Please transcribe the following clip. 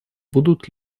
будут